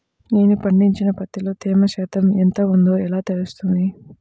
నేను పండించిన పత్తిలో తేమ శాతం ఎంత ఉందో ఎలా తెలుస్తుంది?